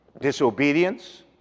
Disobedience